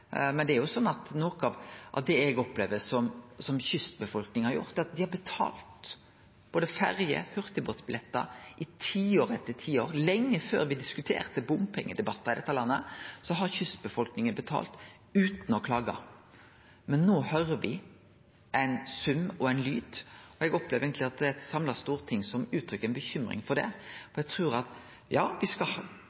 gjort, er at dei har betalt både ferje- og hurtigbåtbillettar i tiår etter tiår. Lenge før vi hadde debattar om bompengar i dette landet, har kystbefolkninga betalt utan å klage. Men no høyrer vi ein sum og ein lyd, og eg opplever eigentleg at det er eit samla storting som gir uttrykk for bekymring for det.